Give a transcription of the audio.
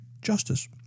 justice